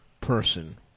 person